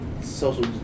social